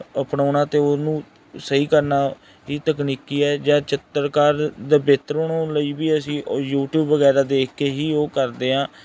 ਅਪਣਾਉਣਾ ਅਤੇ ਉਹਨੂੰ ਸਹੀ ਕਰਨਾ ਕੀ ਤਕਨੀਕੀ ਹੈ ਜਾਂ ਚਿੱਤਰਕਾਰ ਦੇ ਬਿਹਤਰ ਬਣਾਉਣ ਲਈ ਵੀ ਅਸੀਂ ਉਹ ਯੂਟੀਊਬ ਵਗੈਰਾ ਦੇਖ ਕੇ ਹੀ ਉਹ ਕਰਦੇ ਹਾਂ